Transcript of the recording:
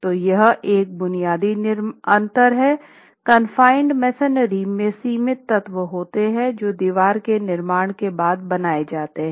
तो यह एक बुनियादी अंतर है कन्फ़ाइनेड मेसनरी में सीमित तत्व होते हैं जो दीवार के निर्माण के बाद बनाये जाते हैं